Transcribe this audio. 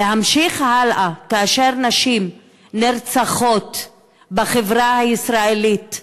להמשיך הלאה כאשר נשים נרצחות בחברה הישראלית.